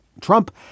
Trump